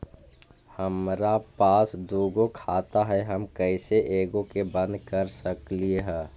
हमरा पास दु गो खाता हैं, हम कैसे एगो के बंद कर सक हिय?